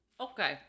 Okay